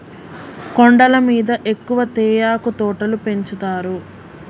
కొండల మీద ఎక్కువ తేయాకు తోటలు పెంచుతారు